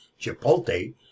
Chipotle